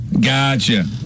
Gotcha